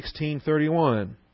16.31